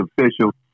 official